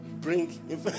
bring